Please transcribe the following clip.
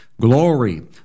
Glory